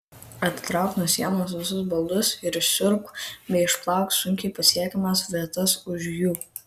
atitrauk nuo sienos visus baldus ir išsiurbk bei išplauk sunkiai pasiekiamas vietas už jų